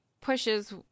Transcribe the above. pushes